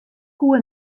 koe